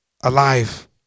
alive